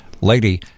lady